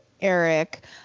Eric